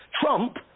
Trump